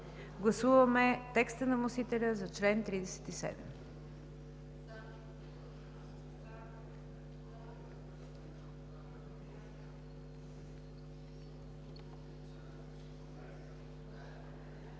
Гласуваме текста на вносителя за чл. 38.